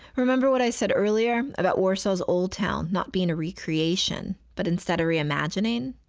remember what i said earlier, about warsaw's old town not being a recreation but instead a re-imagining?